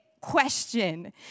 question